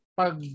pag